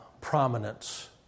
prominence